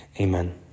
amen